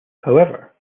however